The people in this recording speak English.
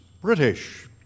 British